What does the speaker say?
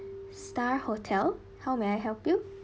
star hotel how may I help you